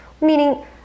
meaning